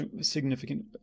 significant